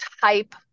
type